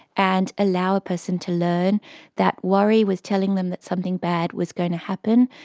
and allow a person to learn that worry was telling them that something bad was going to happen,